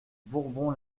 bourbon